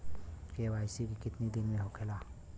KYC कितना दिन में होले?